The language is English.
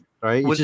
right